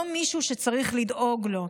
לא מישהו שצריך לדאוג לו.